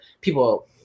people